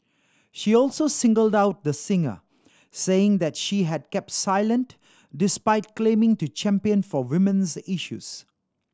she also singled out the singer saying that she has kept silent despite claiming to champion for women's issues